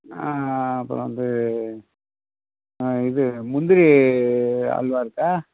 ஆ அப்புறம் வந்து ஆ இது முந்திரி அல்வா இருக்கா